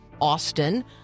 Austin